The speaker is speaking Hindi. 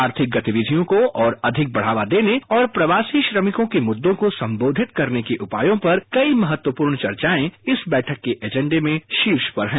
आर्थिक गतिविधियों को और अधिक बढ़ावा देने और प्रवासी श्रमिकों के मुद्दों को संबोधित करने के उपायों पर कई महत्वपूर्ण चर्चाएं इस बैठक के एजेंडे में शीर्ष पर हैं